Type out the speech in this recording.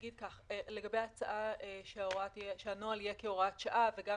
לגבי ההצעה שהנוהל יהיה כהוראת שעה וגם